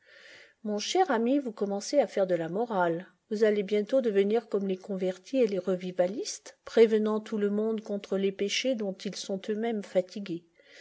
mon cher ami vous commencez à faire de la morale vous allez bientôt devenir comme les convertis et les revivalistes prévenant tout le monde contre les péchés dont ils sont eux-mêmes fatigués